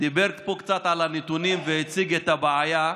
דיבר פה קצת על הנתונים והציג את הבעיה,